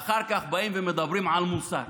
ואחר כך מדברים על מוסר.